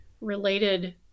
related